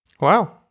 Wow